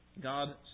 God